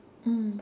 mm